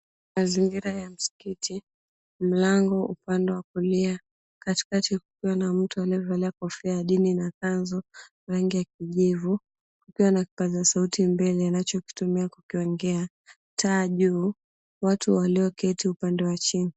Mazingira ya msikiti, mlango upande wa kulia katikati kukiwa na mtu amevalia kofia ya dini na kanzu rangi ya kijivu, kukiwa na kipaza sauti mbele anachokitumia kuongea, taa juu, watu walioketi upande wa chini.